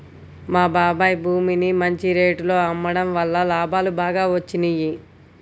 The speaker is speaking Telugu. మా బాబాయ్ భూమిని మంచి రేటులో అమ్మడం వల్ల లాభాలు బాగా వచ్చినియ్యి